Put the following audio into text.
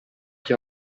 chi